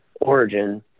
origin